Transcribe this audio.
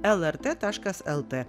lrt taškas elte